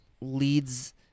leads